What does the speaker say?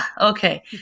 okay